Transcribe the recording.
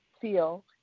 feel